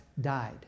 died